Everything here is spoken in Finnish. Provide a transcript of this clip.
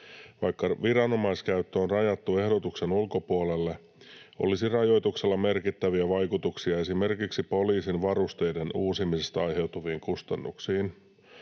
Vaikka viranomaiskäyttö on rajattu ehdotuksen ulkopuolelle, olisi rajoituksella merkittäviä vaikutuksia esimerkiksi poliisin varusteiden uusimisesta aiheutuviin kustannuksiin,